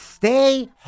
stay